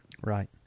Right